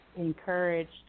encouraged